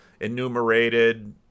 Enumerated